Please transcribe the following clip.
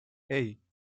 hey